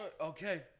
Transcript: Okay